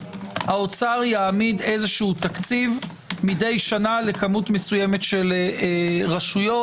יעמיד תקציב מדי שנה לכמות מסוימת של רשויות.